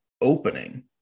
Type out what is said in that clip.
opening